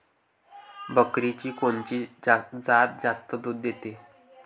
बकरीची कोनची जात जास्त दूध देते?